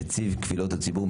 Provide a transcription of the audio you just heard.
נציב קבילות הציבור,